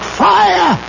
fire